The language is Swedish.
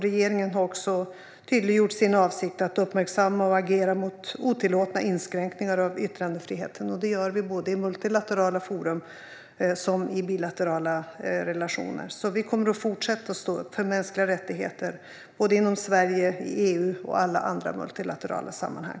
Regeringen har också tydliggjort sin avsikt att uppmärksamma och agera mot otillåtna inskränkningar av yttrandefriheten. Det gör vi både i multilaterala forum och i bilaterala relationer. Vi kommer att fortsätta att stå upp för mänskliga rättigheter - inom Sverige, i EU och i alla andra multilaterala sammanhang.